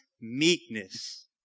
meekness